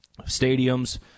stadiums